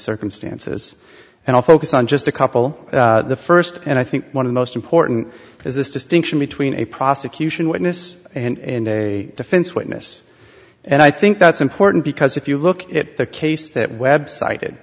circumstances and i'll focus on just a couple the first and i think one of the most important is this distinction between a prosecution witness and a defense witness and i think that's important because if you look at the case that website